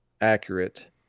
accurate